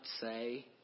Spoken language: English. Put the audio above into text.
say